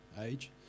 age